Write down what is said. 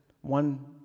one